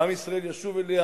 ועם ישראל ישוב אליה,